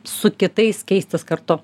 su kitais keistis kartu